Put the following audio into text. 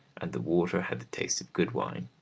and the water had the taste of good wine,